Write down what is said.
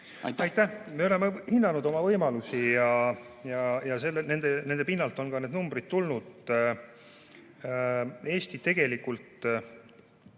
Aitäh! Me oleme hinnanud oma võimalusi ja nende pinnalt on need numbrid tulnud. Eesti tegelikult